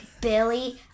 Billy